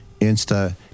Insta